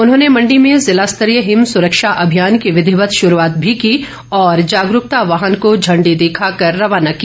उन्होंने मंडी में जिला स्तरीय हिम सुरक्षा अभियान की विधिवत शुरूआत भी की और जागरूकता वाहन को झण्डी दिखाकर रवाना किया